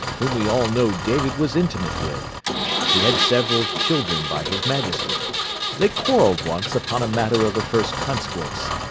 whom we all know david was intimate with she had several children by his majesty they quarrelled once upon a matter of the first consequence,